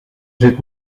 zit